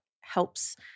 helps